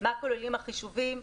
מה כוללים החישובים?